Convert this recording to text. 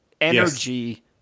energy